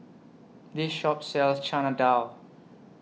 This Shop sells Chana Dal